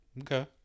okay